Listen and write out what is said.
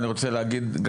אני רוצה להגיד,